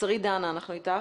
שרית דנה, אנחנו איתך.